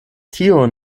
tio